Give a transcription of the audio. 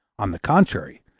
on the contrary,